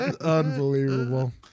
Unbelievable